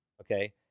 Okay